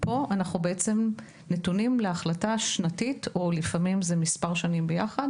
פה אנחנו בעצם נתונים להחלטה שנתית או לפעמים של מספר שנים ביחד